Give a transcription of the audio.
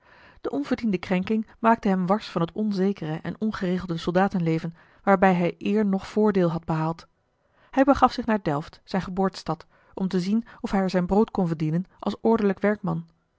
de onverdiende krenking maakte hem wars van het onzekere en ongeregelde soldatenleven waarbij hij eer noch voordeel had behaald hij begaf zich naar elft zijne geboortestad om te zien of hij er zijn brood kon vinden als ordelijk werkman